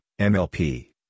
MLP